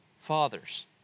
Fathers